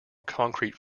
concrete